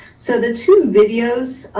so the two videos